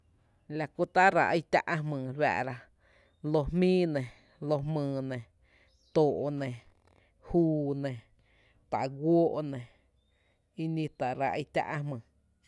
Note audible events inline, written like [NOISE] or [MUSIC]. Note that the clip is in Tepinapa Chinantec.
La kú tá’ ráá’ i tⱥ’ ä’ jmýý re fáá’ra: loo jmíí nɇ, loo jmyy nɇ, juu nɇ, xá’ nɇ, too’ [NOISE] nɇ, guóó’ nɇ ini tá’ ráá’ i tá’ ä’ jmyy.